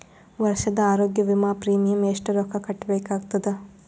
ವರ್ಷದ ಆರೋಗ್ಯ ವಿಮಾ ಪ್ರೀಮಿಯಂ ಎಷ್ಟ ರೊಕ್ಕ ಕಟ್ಟಬೇಕಾಗತದ?